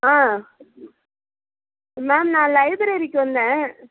ஆ ma'am நான் லைப்ரரிக்கு வந்தேன்